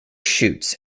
shoots